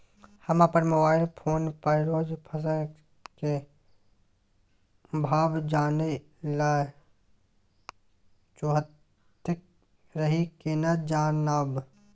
हम अपन mobile phone पर रोज फसल के भाव जानय ल चाहैत रही केना जानब?